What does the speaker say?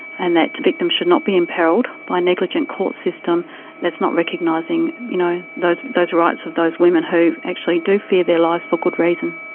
and that victim should not be imperilled by a negligent court system that's not recognising you know those those rights of those women who actually do fear for their lives for good reason.